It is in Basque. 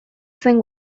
zen